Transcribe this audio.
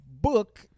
book